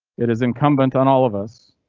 it is incumbent on all of us.